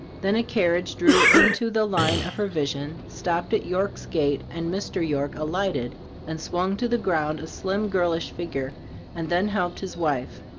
then a carriage drew into the line of her vision, stopped at york's gate, and mr. york alighted and swung to the ground a slim girlish figure and then helped his wife.